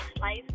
life